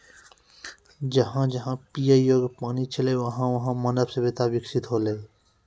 जहां जहां पियै योग्य पानी छलै वहां वहां मानव सभ्यता बिकसित हौलै